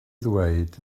ddweud